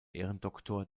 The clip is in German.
ehrendoktor